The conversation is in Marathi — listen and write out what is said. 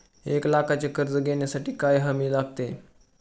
एक लाखाचे कर्ज घेण्यासाठी काय हमी लागते?